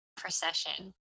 procession